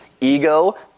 ego